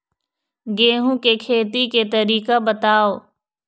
गेहूं के खेती के तरीका बताव?